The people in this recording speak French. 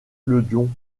clodion